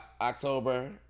October